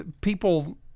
people